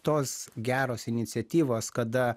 tos geros iniciatyvos kada